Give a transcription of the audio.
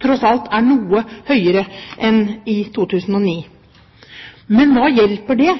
tross alt er noe høyere enn i 2009. Men hva hjelper det